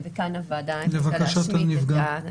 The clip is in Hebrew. לבקשת הנפגע,